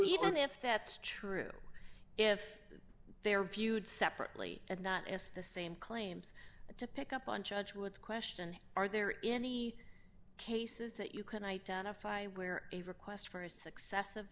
even if that's true if they are viewed separately and not as the same claims to pick up on judgments question are there any cases that you can identify where a request for his successive